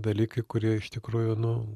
dalykai kurie iš tikrųjų nu